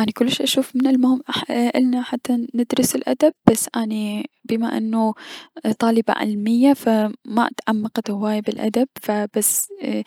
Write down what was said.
اني كلش اشوف من المهم النا حتى ندرس الأدب بس بما انه طالبة علمية فما تعمقت هواية بلأدب ف بس ايي-